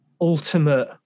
ultimate